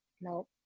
No